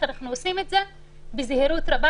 רק אנחנו עושים את זה בזהירות רבה,